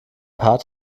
paar